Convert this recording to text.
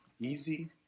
Easy